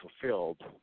fulfilled